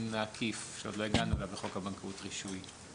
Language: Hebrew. העקיף שעוד לא הגענו אליו בחוק הבנקאות (רישוי).